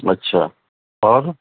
اچھا اور